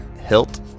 hilt